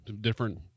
different